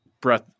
breath